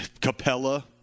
Capella